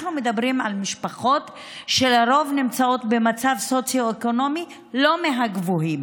אנחנו מדברים על משפחות שלרוב נמצאות במצב סוציו-אקונומי לא מהגבוהים.